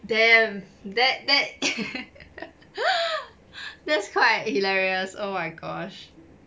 damn that that that's quite hilarious oh my gosh